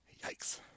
Yikes